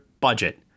budget